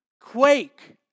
quake